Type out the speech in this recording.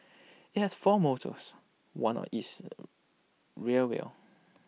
IT has four motors one of each rear wheel